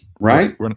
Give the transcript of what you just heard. Right